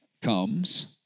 comes